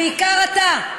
בעיקר אתה,